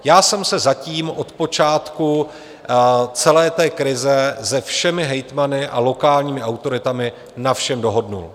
Já jsem se zatím od počátku celé té krize se všemi hejtmany a lokálními autoritami na všem dohodl.